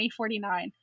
2049